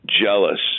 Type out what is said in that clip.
jealous